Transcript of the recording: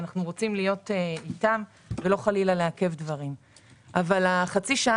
ואנחנו רוצים להיות איתם ולא חלילה לעכב דברים אבל חצי השעה